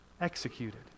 executed